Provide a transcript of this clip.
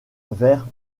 vers